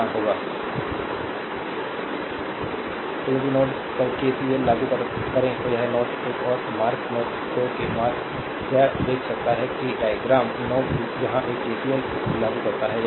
slide time देखें 2910 तो यदि नोड पर केसीएल लागू करें तो यह नोड एक है मार्क नोड 2 है मार्क यह देख सकता है कि डायग्राम नोड एक यहां केसीएल लागू करता है